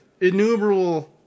innumerable